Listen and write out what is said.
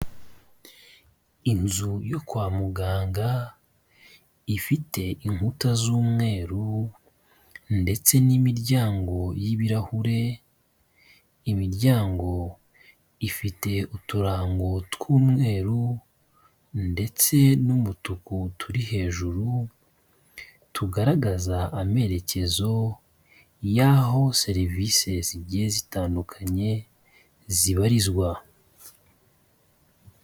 Inzu yo kwa muganga ifite inkuta z'umweru ndetse n'imiryango y'ibirahure, imiryango ifite uturango tw'umweru ndetse n'umutuku turi hejuru tugaragaza amerekezo y'aho serivise zigiye zitandukanye zibarizwa.